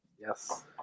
Yes